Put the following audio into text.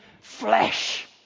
flesh